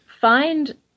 find